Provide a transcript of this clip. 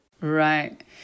Right